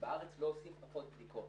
בארץ לא עושים פחות בדיקות.